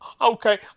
Okay